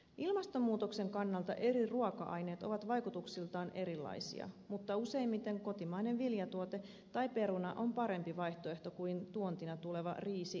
ilmastonmuutoksen kannalta eri ruoka aineet ovat vaikutuksiltaan erilaisia mutta useimmiten kotimainen viljatuote tai peruna on parempi vaihtoehto kuin tuontina tuleva riisi tai pasta